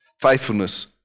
faithfulness